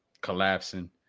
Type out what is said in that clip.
collapsing